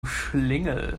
schlingel